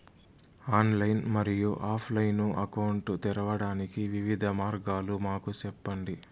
Online మరియు offline account తెరవడానికి వివిధ మార్గాలు మాకు సెప్పండి?